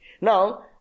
Now